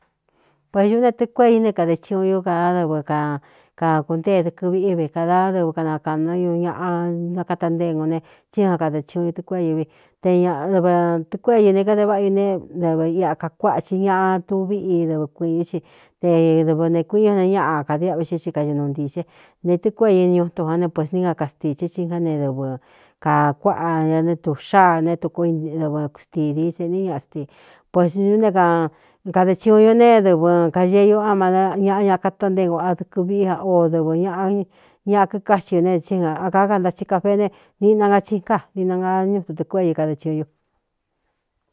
Pēyu ne tɨkuée i né kade chuun ñú kadá dɨvɨ kakakuntée dɨkɨviꞌí ve kādā dɨvɨ kanakāꞌnu ñu ñaꞌa ñakata ntéñu ne thí an kade chiuꞌun ñu tɨkué ū vi te ñdɨvɨ tɨkuée ū ne kade váꞌa ñu ne dɨvɨ ia kakuáꞌa chi ñaꞌa tuví i dɨvɨ kuīꞌñū ci te dɨvɨ nē kuii u neé ñaꞌa kadiáꞌvi xí i kañoꞌnu ntixe ne tɨkuée u ñu itun ján ne puēsni a kastīche ciá ne dɨvɨ kākuáꞌa ña né tūxáa ne tuku dɨvɨ stidi sēꞌní ñastii pues ñú né kade chiuun ñu neédɨvɨ kaye ñú á ma ñaꞌa ña katanténgu a dɨkɨ viꞌí o dɨvɨ ñaꞌa ñaꞌa kikáxi ñu ne í kā kantachi ka fee ne niꞌna ngachingá ninaañuitu tɨ kué i kada chiuun ñu.